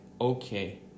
okay